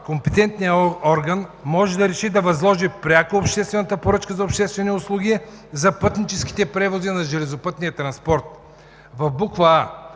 компетентният орган може да реши да възложи пряко обществената поръчка за обществени услуги за пътническите превози на железопътния транспорт: в буква